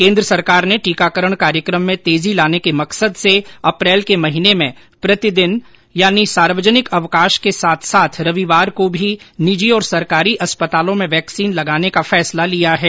केन्द्र सरकार ने टीकाकरण कार्यक्रम में तेजी लाने के मकसद से अप्रैल के महीने में प्रतिदिन यानी सार्वजनिक अवकाश के साथ साथ रविवार को भी निजी और सरकारी अस्पतालों में वैक्सीन लगाने का फैसला लिया है